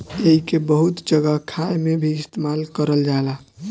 एइके बहुत जगह खाए मे भी इस्तेमाल करल जाला